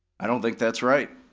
i don't think that's right.